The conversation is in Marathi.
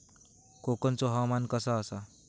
कोकनचो हवामान कसा आसा?